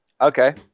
Okay